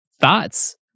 thoughts